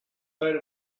vote